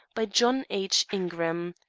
by john h. ingram.